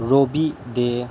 রবি দে